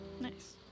nice